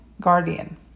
guardian